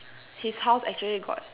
his house actually got